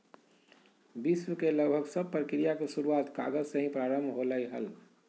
विश्व के लगभग सब प्रक्रिया के शुरूआत कागज से ही प्रारम्भ होलय हल